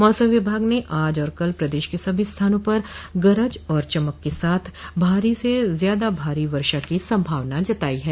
मौसम विभाग ने आज और कल प्रदेश के सभी स्थानों पर गरज और चमक के साथ भारी से ज्यादा भारी वर्षा की संभावना जताई है